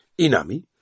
Inami